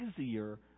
easier